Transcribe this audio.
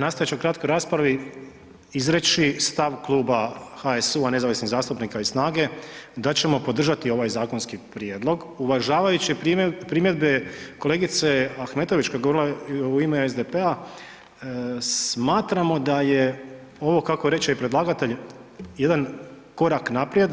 Nastojat ću u kratkoj raspravi izreći stav kluba HSU-a, nezavisnih zastupnika i SNAGA-e da ćemo podržati ovaj zakonski prijedlog uvažavajući primjedbe kolegice Ahmetović koja je govorila u ime SDP-a, smatramo da je ovo kako reče i predlagatelj, jedan korak naprijed